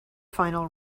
final